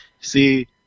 see